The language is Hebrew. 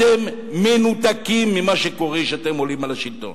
אתם מנותקים ממה שקורה כשאתם עולים לשלטון.